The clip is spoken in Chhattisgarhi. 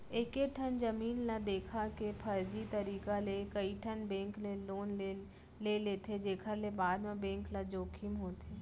एकेठन जमीन ल देखा के फरजी तरीका ले कइठन बेंक ले लोन ले लेथे जेखर ले बाद म बेंक ल जोखिम होथे